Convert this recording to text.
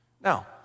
Now